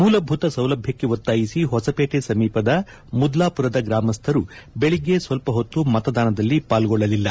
ಮೂಲಭೂತ ಸೌಲಭ್ಯಕ್ಕೆ ಒತ್ತಾಯಿಸಿ ಹೊಸಪೇಟೆ ಸಮೀಪದ ಮುದ್ಲಾಪುರದ ಗ್ರಾಮಸ್ಥರು ಬೆಳಗ್ಗೆ ಸ್ವಲ್ಪ ಹೊತ್ತು ಮತದಾನದಲ್ಲಿ ಪಾಲ್ಗೊಳ್ಳಲಿಲ್ಲ